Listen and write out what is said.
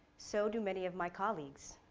so do many of my colleagues.